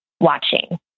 watching